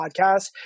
podcast